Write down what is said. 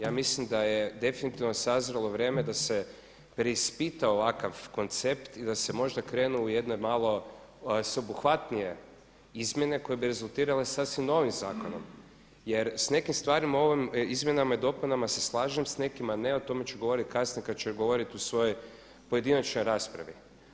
Ja mislim da je definitivno sazrjelo vrijeme da se preispita ovakav koncept i da se možda krene u jedne malo sveobuhvatnije izmjene koje bi rezultirale sasvim novim zakonom jer s nekim stvarima u ovim izmjenama i dopunama se slažem, s nekima ne, o tome ću govoriti kasnije kada ću govoriti u svojoj pojedinačnoj raspravi.